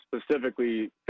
Specifically